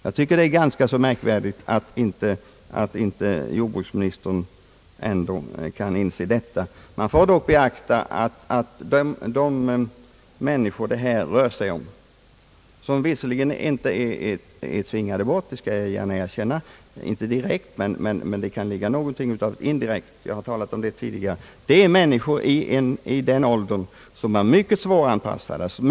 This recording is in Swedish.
Jag tycker att det är ganska märkvärdigt att jordbruksministern inte kan inse detta. De människor som det här gäller är visserligen inte tvingade att flytta bort, i varje fall inte direkt, det skall jag gärna erkänna, men det kan finnas ett indirekt tvång. De är människor i sådan ålder att de är mycket svårinpassade.